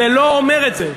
זה לא אומר את זה.